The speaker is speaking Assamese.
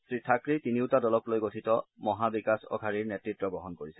শ্ৰী থাকৰেই তিনিওটা দলক লৈ গঠিত মহা বিকাশ অঘাৰীৰ নেতৃত্ব বহন কৰিছে